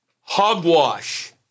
Hogwash